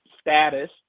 status